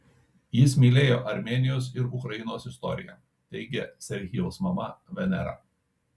jis mylėjo armėnijos ir ukrainos istoriją teigia serhijaus mama venera